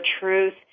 truth